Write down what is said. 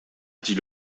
dit